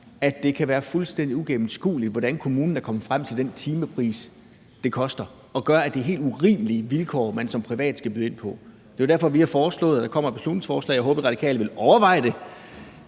at det kan være fuldstændig uigennemskueligt, hvordan kommunen er kommet frem til den timepris, det koster, som gør, at det er helt urimelige vilkår, man som privat skal byde ind på. Det er jo derfor, vi har foreslået – der kommer et beslutningsforslag, som jeg håber Radikale vil overveje –